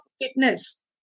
fitness